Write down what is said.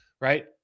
right